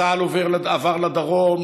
צה"ל עבר לדרום,